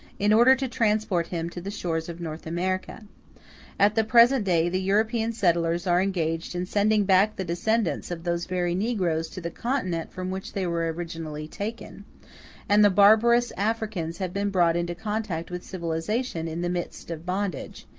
in order to transport him to the shores of north america at the present day, the european settlers are engaged in sending back the descendants of those very negroes to the continent from which they were originally taken and the barbarous africans have been brought into contact with civilization in the midst of bondage,